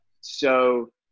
so-